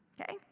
Okay